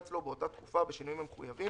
טוב.